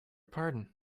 pardon